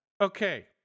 okay